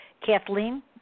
Kathleen